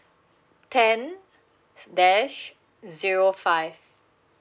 ten dash zero five